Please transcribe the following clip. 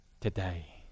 today